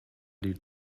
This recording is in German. die